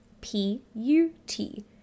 p-u-t